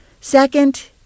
Second